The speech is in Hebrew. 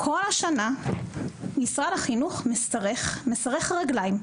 כל השנה משרד החינוך משרך רגליים,